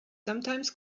sometimes